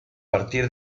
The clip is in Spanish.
partir